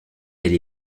elle